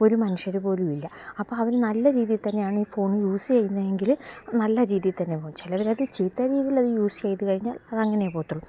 ഒരു മനുഷ്യരു പോലുമില്ല അപ്പോൾ അവർ നല്ല രീതിയിൽ തന്നെയാണ് ഈ ഫോൺ യൂസ് ചെയ്യുന്നതെങ്കിൽ നല്ല രീതിയിൽ തന്നെ പോകും ചിലർ അത് ചീത്ത രീതിയിലത് യൂസ് ചെയ്തു കഴിഞ്ഞാൽ അത് അങ്ങനെ പോകത്തൊള്ളൂ